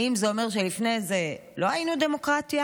האם זה אומר שלפני זה לא היינו דמוקרטיה?